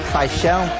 paixão